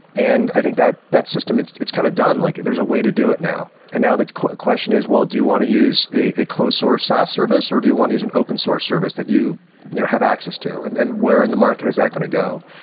and i think that that system, it's it's kind of done. like there's a way to do it now. and now that question is, well, do you want to use a a close source saas service or do you want to use an open source service that you have access, and and where in the market is that going to go?